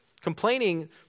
Complaining